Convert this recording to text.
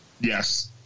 Yes